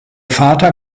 vater